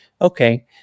okay